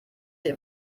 sich